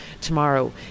tomorrow